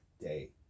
day